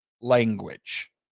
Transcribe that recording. language